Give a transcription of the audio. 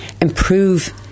improve